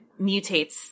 mutates